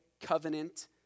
Covenant